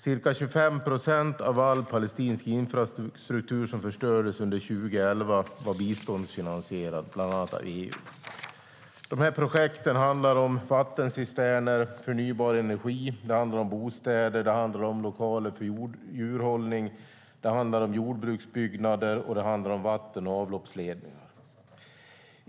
Ca 25 procent av all palestinsk infrastruktur som förstördes under 2011 var biståndsfinansierad bland annat av EU. De här projekten handlar om vattencisterner, förnybar energi, bostäder, lokaler för djurhållning, jordbruksbyggnader och vatten och avloppsledningar.